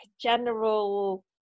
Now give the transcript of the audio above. general